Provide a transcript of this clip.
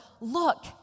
Look